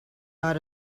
ought